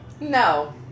No